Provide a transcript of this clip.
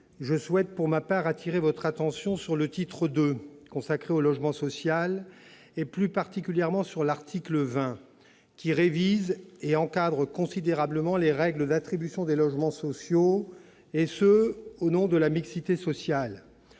je souhaite pour ma part attirer votre attention sur le titre II, consacré au logement social, plus particulièrement sur l'article 20, qui vise à réviser et à encadrer considérablement les règles d'attribution des logements sociaux, et ce au nom de la mixité sociale.